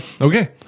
Okay